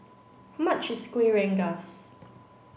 how much is Kuih Rengas